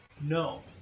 No